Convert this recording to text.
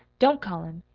don't call him.